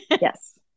yes